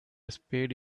spade